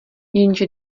jenže